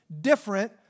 different